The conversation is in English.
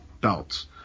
belts